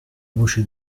voce